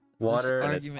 Water